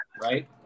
right